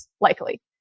likely